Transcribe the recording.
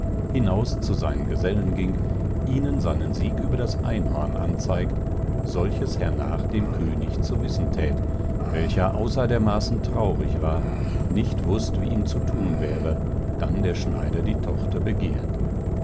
hinaus zu seinen gesellen ging ihnen seinen sieg über das einhorn anzeigt solches hernach dem könig zu wissen thät welcher außer der maßen traurig war nicht wußt wie ihm zu thun wäre dann der schneider der tochter begert